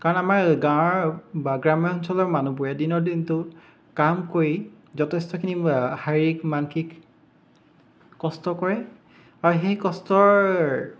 কাৰণ আমাৰ গাঁৱৰ বা গ্ৰাম্য অঞ্চলৰ মানুহবোৰে দিনৰ দিনটো কাম কৰি যথেষ্টখিনি শাৰীৰিক মানসিক কষ্ট কৰে আৰু সেই কষ্টৰ